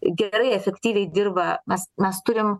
gerai efektyviai dirba nes mes turim